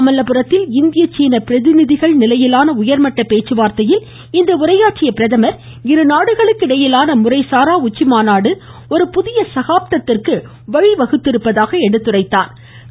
மாமல்லபுரத்தில் இந்திய சீன பிரதிநிதிகள் நிலையிலான உயர்மட்ட பேச்சுவார்த்தையில் இன்று உரையாற்றிய பிரதமா் இரு நாடுகளுக்கு இடையிலான முறைசாரா உச்சிமாநாடு ஒரு புதிய சகாப்தத்திற்கு வழிவகுத்திருப்பதாக எடுத்துரைத்தாா்